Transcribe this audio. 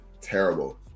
terrible